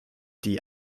die